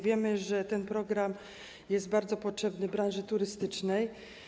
Wiemy, że ten program jest bardzo potrzebny branży turystycznej.